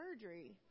surgery